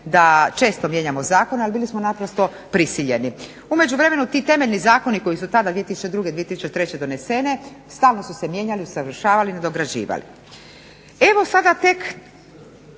da često mijenjamo zakone, ali bili smo naprosto prisiljeni. U međuvremenu ti temeljni zakoni koji su tada 2002., 2003. doneseni stalno su se mijenjali, usavršavali, nadograđivali.